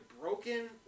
broken